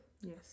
Yes